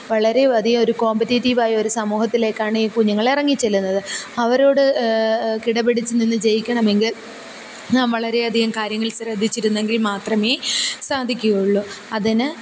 വളരെ അധികം ഒരു കോമ്പറ്റേറ്റീവ് ആയ ഒരു സമൂഹത്തിലേക്കാണ് ഈ കുഞ്ഞുങ്ങൾ ഇറങ്ങി ചെല്ലുന്നത് അവരോട് കിടപിടിച്ച് നിന്ന് ജയിക്കണമെങ്കിൽ നാം വളരെ അധികം കാര്യങ്ങൾ ശ്രദ്ധിച്ചിരുന്നെങ്കിൽ മാത്രമേ സാധിക്കുകയുള്ളു അതിന്